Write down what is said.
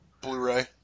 Blu-ray